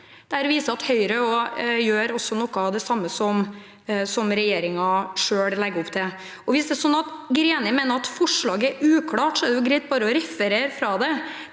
Dette viser at Høyre også gjør noe av det samme som regjeringen selv legger opp til. Hvis det er sånn at Greni mener at forslaget er uklart, er det jo greit bare å referere fra det.